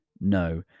No